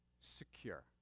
secure